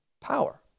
power